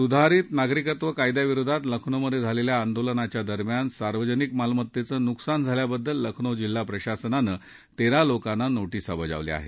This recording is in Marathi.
सुधारित नागरिकत्व कायद्याविरोधात लखनौमधे झालेल्या आंदोलनादरम्यान सार्वजनिक मालमत्तेचं नुकसान झाल्याबद्दल लखनौ जिल्हा प्रशासनानं तेरा लोकांना नोटीसा बजावल्या आहेत